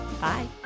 Bye